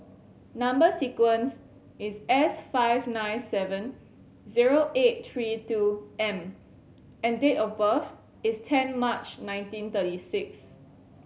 number sequence is S five nine seven zero eight three two M and date of birth is ten March nineteen thirty six